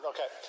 Okay